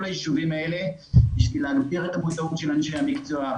הישובים האלה בשביל להגביר את המודעות של אנשי המקצוע,